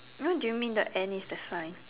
what do you mean the and is the sign